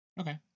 Okay